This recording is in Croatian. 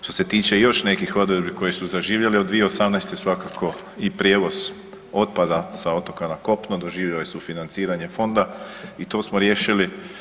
Što se tiče i još nekih odredbi koje su zaživjele od 2018. svakako i prijevoz otpada sa otoka na kopno doživio je sufinanciranje fonda i to smo riješili.